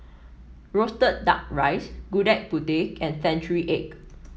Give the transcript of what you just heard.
roasted duck rice Gudeg Putih and Century Egg